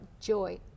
joy